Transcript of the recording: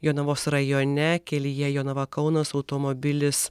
jonavos rajone kelyje jonava kaunas automobilis